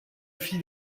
aussi